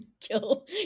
kill